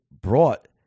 brought